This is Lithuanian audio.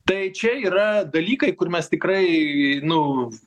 tai čia yra dalykai kur mes tikrai nu